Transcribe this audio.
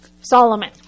Solomon